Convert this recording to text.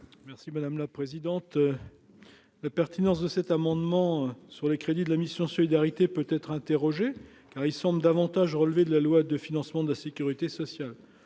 Merci madame la présidente, la pertinence de cet amendement sur les crédits de la mission Solidarité peut être interrogé, alors il semble davantage relever de la loi de financement de la Sécurité sociale,